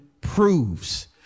proves